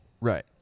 Right